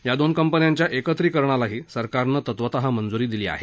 या दोन कंपन्यांच्या एकत्रीकरणालाही सरकारनं तत्वतः मंजुरी दिली आहे